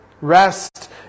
Rest